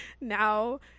now